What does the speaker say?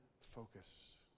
focus